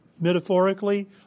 metaphorically